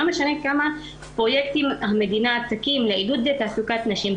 לא משנה כבר פרויקטים המדינה תקים לעידוד תעסוקת נשים,